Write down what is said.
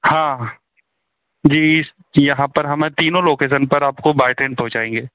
हाँ जी यहाँ पर हम हैं तीनों लोकेसन पर आपको बाय ट्रेन पहुंचाएंगे